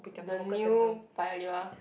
the new Paya-Lebar